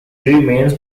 remains